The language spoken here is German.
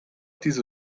diese